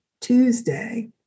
Tuesday